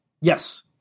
Yes